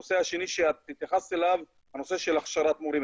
הנושא השני הוא הנושא של הכשרת מורים.